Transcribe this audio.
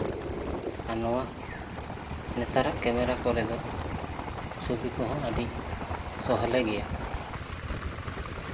ᱟᱨ ᱱᱚᱣᱟ ᱱᱮᱛᱟᱨᱟᱜ ᱠᱮᱢᱮᱨᱟ ᱠᱚᱨᱮ ᱫᱚ ᱪᱷᱚᱵᱤ ᱠᱚᱦᱚᱸ ᱟᱹᱰᱤ ᱥᱚᱦᱞᱮ ᱜᱮᱭᱟ